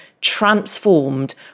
transformed